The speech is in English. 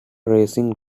racing